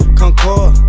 concord